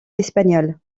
espagnol